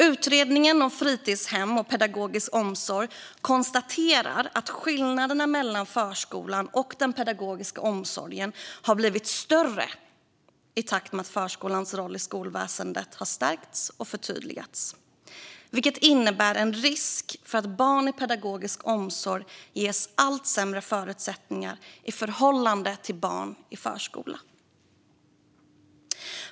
Utredningen om fritidshem och pedagogisk omsorg konstaterar att skillnaderna mellan förskolan och den pedagogiska omsorgen har blivit större i takt med att förskolans roll i skolväsendet har stärkts och förtydligats, vilket innebär en risk för att barn i pedagogisk omsorg ges allt sämre förutsättningar i förhållande till barn i förskola.